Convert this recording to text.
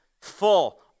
Full